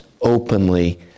openly